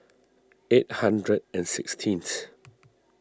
eight hundred and sixteenth